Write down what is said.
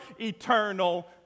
eternal